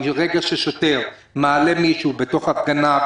מרגע ששוטר מעלה מישהו מהפגנה,